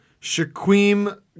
Shaquem